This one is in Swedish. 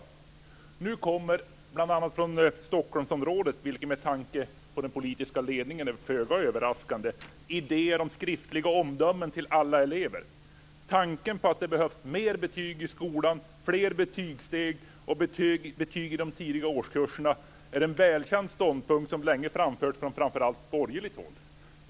Men nu kommer bl.a. från Stockholmsområdet, vilket med tanke på den politiska ledningen där är föga överraskande, idéer om skriftliga omdömen till alla elever. Tanken att det behövs fler betyg i skolan, fler betygssteg och betyg i de tidiga årskurserna är en välkänd ståndpunkt som länge framförts från framför allt borgerligt håll.